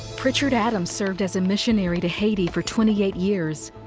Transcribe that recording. pritchard adams served as a missionary to haiti for twenty eight years.